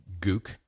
gook